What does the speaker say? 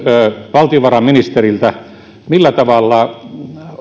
valtiovarainministeriltä millä tavalla